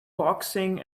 boxing